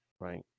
Right